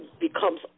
Becomes